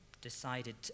decided